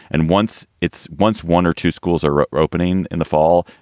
and once it's once one or two schools are reopening in the fall,